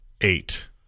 eight